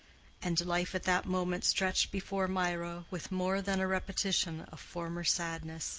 and life at that moment stretched before mirah with more than a repetition of former sadness.